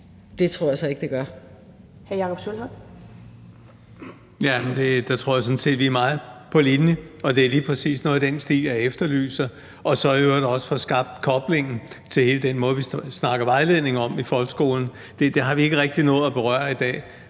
Hr. Jakob Sølvhøj. Kl. 17:37 Jakob Sølvhøj (EL): Der tror jeg sådan set vi er meget på linje, og jeg efterlyser lige præcis noget i den stil og i øvrigt også, at vi får skabt koblingen til den måde, vi snakker om vejledning i folkeskolen. Det har vi ikke rigtig nået at berøre i dag,